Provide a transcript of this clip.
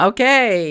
Okay